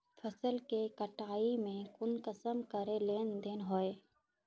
फसल के कटाई में कुंसम करे लेन देन होए?